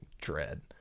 dread